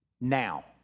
now